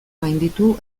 gainditu